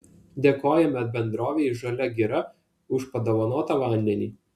dėkojame bendrovei žalia giria už padovanotą vandenį